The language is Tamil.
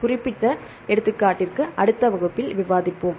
குறிப்பிட்ட எடுத்துக்காட்டுக்கு அடுத்த வகுப்பில் விவாதிப்போம்